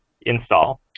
install